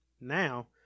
Now